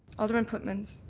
alderman pootmans?